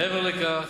מעבר לכך,